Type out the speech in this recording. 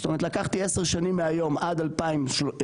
זאת אומרת לקחתי עשר שנים מהיום עד 2033,